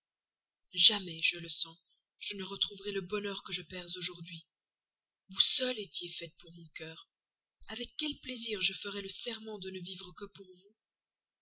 jamais je le sens je ne retrouverai le bonheur que je perds aujourd'hui vous seule étiez faite pour mon cœur avec quel plaisir je ferais le serment de ne vivre que pour vous